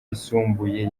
yisumbuye